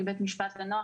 מבית משפט לנוער,